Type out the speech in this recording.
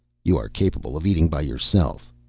you are capable of eating by yourself,